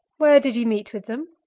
where did ye meet with them?